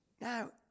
now